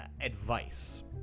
advice